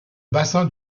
bassin